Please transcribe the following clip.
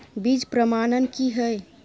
बीज प्रमाणन की हैय?